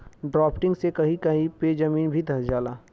drafting से कही कही पे जमीन भी धंस जाला